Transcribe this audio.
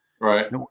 Right